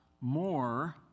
more